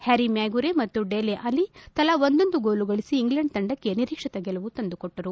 ಪ್ಟಾರಿ Maguire ಮತ್ತು Dele Alli ತಲಾ ಒಂದೊಂದು ಗೋಲು ಗಳಿಸಿ ಇಂಗ್ಲೆಂಡ್ ತಂಡಕ್ಕೆ ನಿರೀಕ್ಷಿತ ಗೆಲುವು ತಂದುಕೊಟ್ಟರು